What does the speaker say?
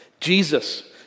Jesus